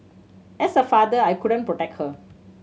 as a father I couldn't protect her